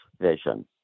vision